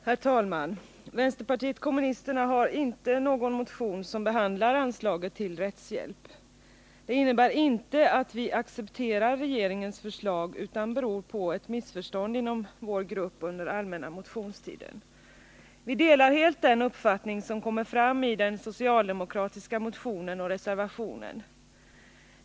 Herr talman! Vänsterpartiet kommunisterna har inte någon motion som behandlar anslaget till rättshjälp. Det innebär dock inte att vi accepterar regeringens förslag utan beror på ett missförstånd inom gruppen under allmänna motionstiden. Vi delar helt den uppfattning som kommer fram i den socialdemokratiska motionen och reservationen.